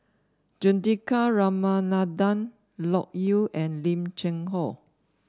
Juthika Ramanathan Loke Yew and Lim Cheng Hoe